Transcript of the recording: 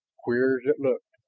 queer as it looked.